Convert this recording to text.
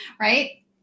right